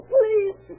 Please